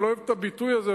אני לא אוהב את הביטוי הזה,